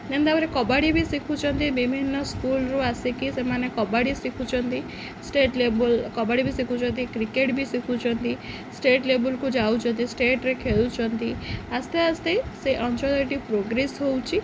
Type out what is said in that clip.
ଦେନ୍ ତା'ପରେ କବାଡ଼ି ବି ଶିଖୁଛନ୍ତି ବିଭିନ୍ନ ସ୍କୁଲ୍ରୁ ଆସିକି ସେମାନେ କବାଡ଼ି ଶିଖୁଛନ୍ତି ଷ୍ଟେଟ୍ ଲେବୁଲ୍ କବାଡ଼ି ବି ଶିଖୁଛନ୍ତି କ୍ରିକେଟ୍ ବି ଶିଖୁଛନ୍ତି ଷ୍ଟେଟ୍ ଲେବୁଲ୍କୁ ଯାଉଛନ୍ତି ଷ୍ଟେଟ୍ରେ ଖେଳୁଛନ୍ତି ଆସ୍ତେ ଆସ୍ତେ ସେହି ଅଞ୍ଚଳରେ ବି ପ୍ରୋଗ୍ରେସ୍ ହେଉଛି